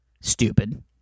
stupid